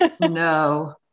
No